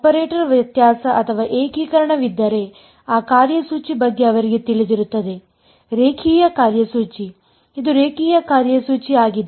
operator ವ್ಯತ್ಯಾಸ ಅಥವಾ ಏಕೀಕರಣವಿದ್ದರೆ ಆ ಕಾರ್ಯಸೂಚಿ ಬಗ್ಗೆ ಅವರಿಗೆ ತಿಳಿದಿರುತ್ತದೆ ರೇಖೀಯ ಕಾರ್ಯಸೂಚಿ ಇದು ರೇಖೀಯ ಕಾರ್ಯಸೂಚಿ ಆಗಿದೆ